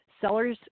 Sellers